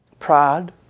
Pride